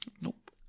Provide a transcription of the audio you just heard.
Nope